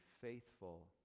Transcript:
faithful